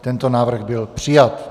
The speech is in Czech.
Tento návrh byl přijat.